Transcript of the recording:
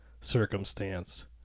circumstance